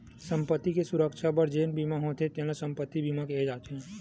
संपत्ति के सुरक्छा बर जेन बीमा होथे तेन ल संपत्ति बीमा केहे जाथे